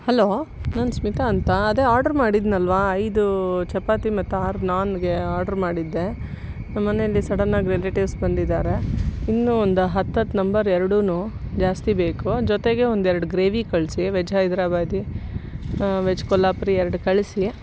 hello ನಾನು ಸ್ಮಿತಾ ಅಂತ ಅದೇ ಆಡ್ರ್ ಮಾಡಿದ್ನಲ್ವಾ ಐದು ಚಪಾತಿ ಮತ್ತು ಆರು ನಾನ್ಗೆ ಆಡ್ರ್ ಮಾಡಿದ್ದೆ ನಮ್ಮ ಮನೇಲಿ ಸಡನ್ನಾಗಿ ರಿಲೇಟಿವ್ಸ್ ಬಂದಿದ್ದಾರೆ ಇನ್ನೂ ಒಂದು ಹತ್ತು ಹತ್ತು ನಂಬರ್ ಎರಡೂ ಜಾಸ್ತಿ ಬೇಕು ಜೊತೆಗೆ ಒಂದು ಎರಡು ಗ್ರೇವಿ ಕಳಿಸಿ ವೆಜ್ ಹೈದರಾಬಾದಿ ವೆಜ್ ಕೊಲ್ಹಾಪುರಿ ಎರಡು ಕಳಿಸಿ